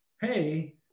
Hey